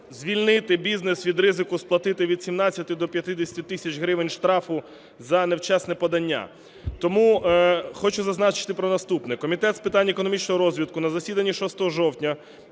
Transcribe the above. звільнити бізнес від ризику сплатити від 17 до 50 тисяч гривень штрафу за невчасне подання. Тому хочу зазначити про наступне. Комітет з питань економічного розвитку на засіданні 6 жовтня,